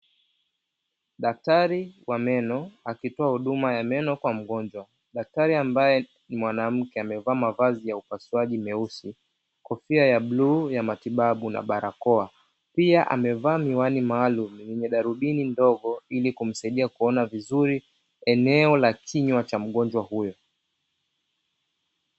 Daktari wa meno akitoa huduma ya meno kwa wagonjwa, daktari ambaye ni mwanamke amevaa mavazi ya upasuaji meusi, kofia ya bluu ya matibabu na barakoa. Pia amevaa miwani maalumu yenye darubini ndogo ili kuweza kumsaidia kuona vizuri eneo la kinywa cha mgonjwa huyo.